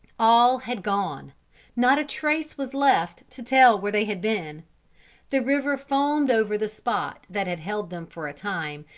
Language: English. all had gone not a trace was left to tell where they had been the river foamed over the spot that had held them for a time,